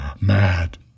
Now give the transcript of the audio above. Mad